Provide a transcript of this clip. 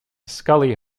scully